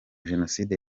jenoside